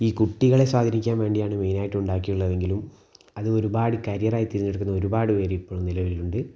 ഈ കുട്ടികളെ സ്വാധീനിക്കാൻ വേണ്ടിയാണ് മൈനായിട്ട് ഉണ്ടാക്കിയുള്ളതെങ്കിലും അതിനൊരുപാട് കരിയാറായി തിരഞ്ഞെടുക്കുന്ന ഒരുപാട് പേര് ഇപ്പഴും നിലവിലുണ്ട്